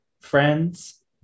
Friends